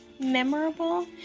memorable